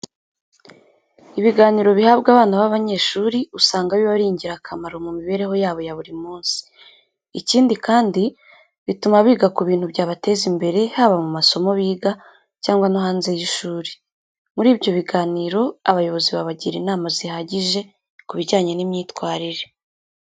Ibiganiro bihabwa abana b'abanyeshuri, usanga biba ari ingirakamaro mu mibereho yabo ya buri munsi. Ikindi kandi, bituma biga ku bintu byabateza imbere, haba mu masomo biga cyangwa no hanze y'ishuri. Muri byo biganiro, abayobozi babagira inama zihagije ku bijyanye n'imyitwarire.